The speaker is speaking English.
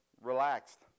relaxed